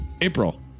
April